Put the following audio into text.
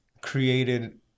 created